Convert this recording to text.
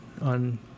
on